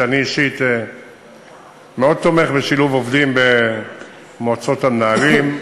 שאני אישית מאוד תומך בשילוב עובדים במועצות המנהלים.